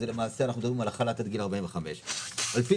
כשלמעשה אנחנו מדברים על החל"ת עד גיל 45. על פי